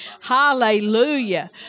Hallelujah